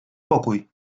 pokój